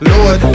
Lord